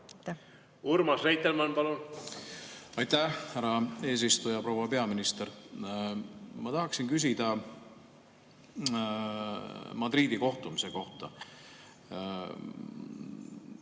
Urmas Reitelmann, palun! Aitäh, härra eesistuja! Proua peaminister! Ma tahaksin küsida Madridi kohtumise kohta.